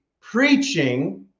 preaching